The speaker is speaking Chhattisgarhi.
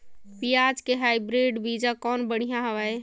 पियाज के हाईब्रिड बीजा कौन बढ़िया हवय?